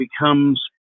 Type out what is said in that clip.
becomes